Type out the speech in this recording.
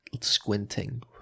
squinting